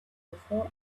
before